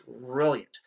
brilliant